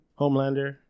Homelander